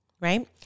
right